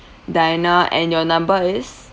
diana and your number is